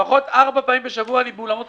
לפחות ארבע פעמים בשבוע אני באולמות חתונה.